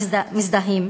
מזדהים.